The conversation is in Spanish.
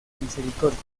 misericordia